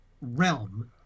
realm